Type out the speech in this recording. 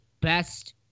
best